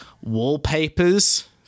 wallpapers